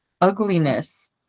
ugliness